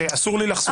אסור לי לחשוף אותו.